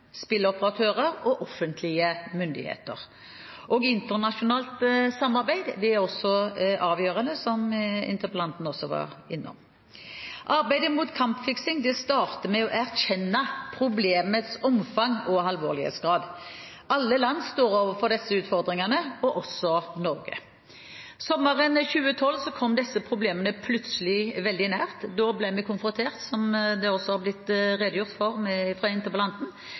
spilloperatører og offentlige myndigheter, og internasjonalt samarbeid er avgjørende, som interpellanten også var innom. Arbeidet mot kampfiksing starter med å erkjenne problemets omfang og alvorlighetsgrad. Alle land står overfor disse utfordringene – også Norge. Sommeren 2012 kom disse problemene plutselig veldig nær. Da ble vi – som det også har blitt redegjort for fra interpellanten